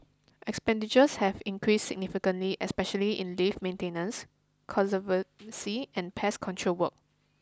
expenditures have increased significantly especially in lift maintenance conservancy and pest control work